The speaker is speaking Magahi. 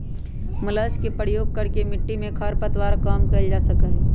मल्च के प्रयोग करके मिट्टी में खर पतवार कम कइल जा सका हई